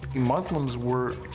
muslims were,